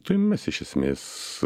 tai mes iš esmės